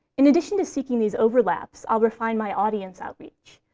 in addition to seeking these overlaps, i'll refine my audience outreach.